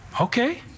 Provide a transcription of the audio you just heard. Okay